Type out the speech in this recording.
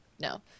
No